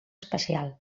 especial